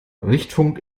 richtfunk